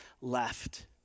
left